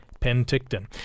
Penticton